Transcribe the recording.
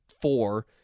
four